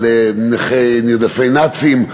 על נכי רדיפות הנאצים,